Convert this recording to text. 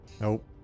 Nope